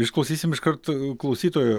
išklausysim iškart klausytojo